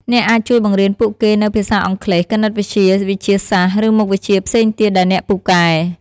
អ្នកអាចជួយបង្រៀនពួកគេនូវភាសាអង់គ្លេស គណិតវិទ្យា វិទ្យាសាស្ត្រ ឬមុខវិជ្ជាផ្សេងទៀតដែលអ្នកពូកែ។